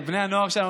לבני הנוער שלנו,